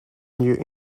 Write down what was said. new